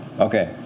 Okay